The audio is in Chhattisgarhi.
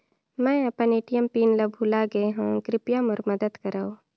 मैं अपन ए.टी.एम पिन ल भुला गे हवों, कृपया मोर मदद करव